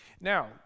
Now